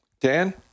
Dan